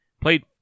Played